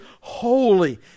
holy